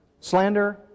slander